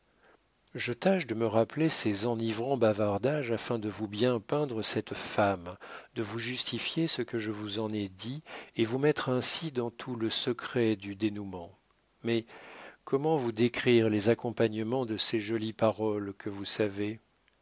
je tâche de me rappeler ces enivrants bavardages afin de vous bien peindre cette femme de vous justifier ce que je vous en ai dit et vous mettre ainsi dans tout le secret du dénoûment mais comment vous décrire les accompagnements de ces jolies paroles que vous savez